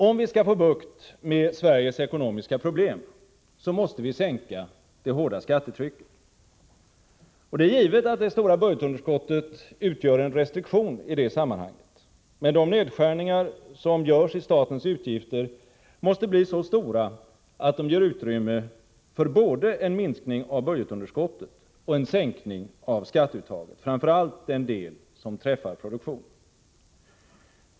Om vi skall få bukt med Sveriges ekonomiska problem, måste vi sänka det hårda skattetrycket. Det är givet att det stora budgetunderskottet utgör en restriktion i det sammanhanget. Men de nedskärningar förbättra den svenska ekonomin förbättra den svenska ekonomin som görs i statens utgifter måste bli så stora, att de ger utrymme för både en minskning av budgetunderskottet och en sänkning av skatteuttaget, framför allt av den del som träffar produktionen.